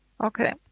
Okay